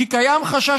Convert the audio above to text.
כי קיים חשש,